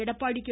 Edappadi K